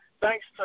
Thanks